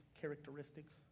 characteristics